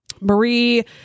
Marie